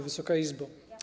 Wysoka Izbo!